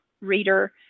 reader